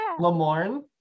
Lamorne